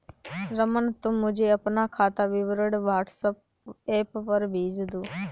रमन, तुम मुझे अपना खाता विवरण व्हाट्सएप पर भेज दो